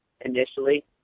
initially